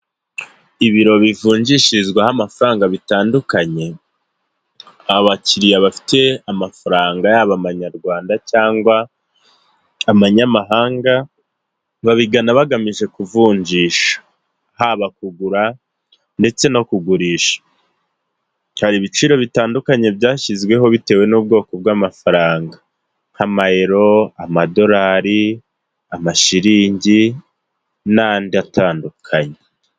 Ibiro bivungishirizwaho amafaranga bitandukanye, abakiriya bafite amafaranga yaba amanyarwanda cyangwa amanyamahanga babigana bagamije kuvunjisha, haba kugura ndetse no kugurisha, hari bitandukanye byashyizweho bitewe n'ubwoko bw'amafaranga nk'Amayero, amadorari, amashiringi n'andi atandukanye.